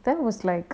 then was like